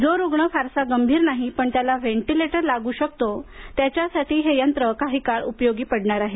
जो रूग्ण फारसा गंभीर नाही पण त्याला व्हेंटिलेटर लागू शकतो त्याच्यासाठी हे यंत्र काही काळ उपयोगी पडेल